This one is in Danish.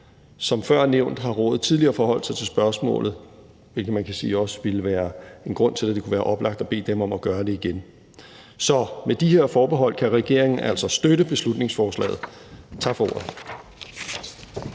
Som før nævnt har rådet tidligere forholdt sig til spørgsmålet, hvilket man kan sige også ville være en grund til, at det kunne være oplagt at bede dem om at gøre det igen. Så med de her forbehold kan regeringen altså støtte beslutningsforslaget. Tak for ordet.